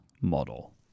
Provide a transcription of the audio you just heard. model